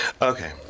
Okay